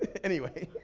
anyway,